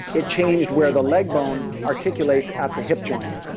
it changed where the leg bone articulates at the hip joint,